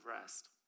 rest